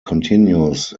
continues